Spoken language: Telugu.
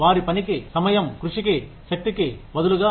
వారి పనికి సమయం కృషికి శక్తికి బదులుగా